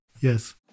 Yes